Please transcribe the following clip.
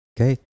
Okay